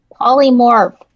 Polymorph